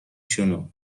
شونو